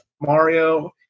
Mario